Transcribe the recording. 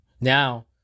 Now